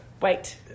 Wait